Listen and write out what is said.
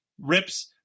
rips